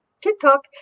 TikTok